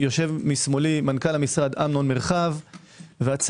יושב לשמאלי מנכ"ל המשרד אמנון מרחב והצוות.